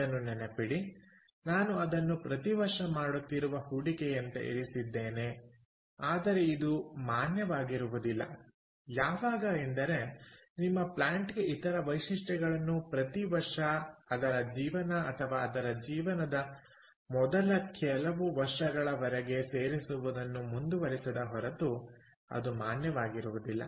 ಇದನ್ನು ನೆನಪಿಡಿ ನಾನು ಅದನ್ನು ಪ್ರತಿ ವರ್ಷ ಮಾಡುತ್ತಿರುವ ಹೂಡಿಕೆಯಂತೆ ಇರಿಸಿದ್ದೇನೆ ಆದರೆ ಇದು ಮಾನ್ಯವಾಗಿರುವುದಿಲ್ಲ ಯಾವಾಗ ಎಂದರೆ ನಿಮ್ಮ ಪ್ಲಾಂಟ್ಗೆ ಇತರ ವೈಶಿಷ್ಟ್ಯಗಳನ್ನು ಪ್ರತಿ ವರ್ಷ ಅದರ ಜೀವನ ಅಥವಾ ಅದರ ಜೀವನದ ಮೊದಲ ಕೆಲವು ವರ್ಷಗಳವರೆಗೆ ಸೇರಿಸುವುದನ್ನು ಮುಂದುವರಿಸದ ಹೊರತು ಅದು ಮಾನ್ಯವಾಗಿರುವುದಿಲ್ಲ